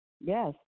Yes